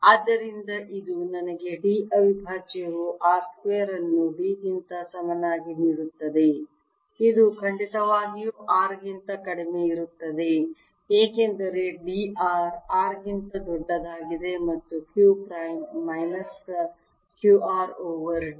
ಆದ್ದರಿಂದ ಇದು ನನಗೆ d ಅವಿಭಾಜ್ಯವು r ಸ್ಕ್ವೇರ್ ಅನ್ನು d ಗಿಂತ ಸಮನಾಗಿ ನೀಡುತ್ತದೆ ಇದು ಖಂಡಿತವಾಗಿಯೂ r ಗಿಂತ ಕಡಿಮೆಯಿರುತ್ತದೆ ಏಕೆಂದರೆ d r r ಗಿಂತ ದೊಡ್ಡದಾಗಿದೆ ಮತ್ತು q prime minus q r over d